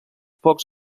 pocs